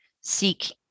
seek